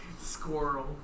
squirrel